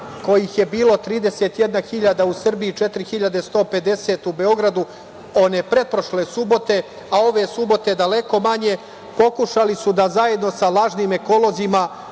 kojih je bilo 31 hiljada u Srbiji, 4.150 u Beogradu, one pretprošle subote, a ove subote daleko manje, pokušali su da zajedno sa lažnim ekolozima